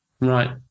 Right